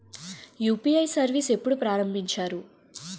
UPI service ఎప్పుడు ప్రారంభించారు?